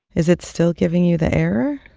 is it still giving you the error?